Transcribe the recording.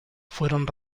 fueron